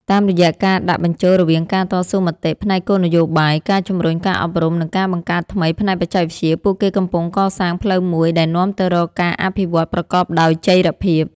តាមរយៈការដាក់បញ្ចូលរវាងការតស៊ូមតិផ្នែកគោលនយោបាយ ការជំរុញការអប់រំ និងការបង្កើតថ្មីផ្នែកបច្ចេកវិទ្យា ពួកគេកំពុងកសាងផ្លូវមួយដែលនាំទៅរកការអភិវឌ្ឍប្រកបដោយចីរភាព។